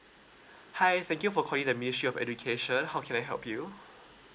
hi thank you for calling the ministry of education how can I help you